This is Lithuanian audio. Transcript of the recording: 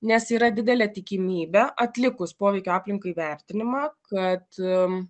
nes yra didelė tikimybė atlikus poveikio aplinkai vertinimą kad